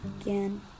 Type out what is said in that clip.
again